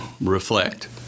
reflect